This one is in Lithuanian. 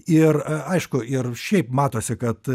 ir aišku ir šiaip matosi kad